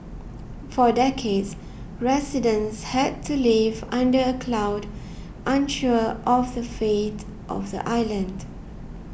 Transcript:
for decades residents had to live under a cloud unsure of the fate of the island